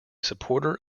supporter